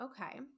Okay